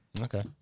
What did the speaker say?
Okay